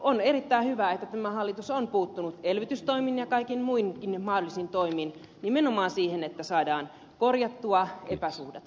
on erittäin hyvä että tämä hallitus on puuttunut elvytystoimin ja kaikin muinkin mahdollisin toimin nimenomaan siihen että saadaan korjattua epäsuhdat